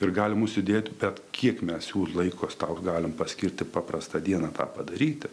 ir galim jų sudėt bet kiek mes jų laiko tau galim paskirt paprastą dieną tą padaryti